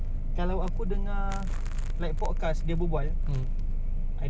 boleh follow this follow that what what can I do what